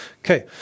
Okay